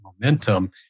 momentum